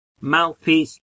mouthpiece